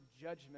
judgment